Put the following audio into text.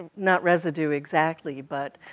not residue, exactly, but